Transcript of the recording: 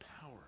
power